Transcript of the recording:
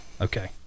Okay